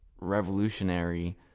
revolutionary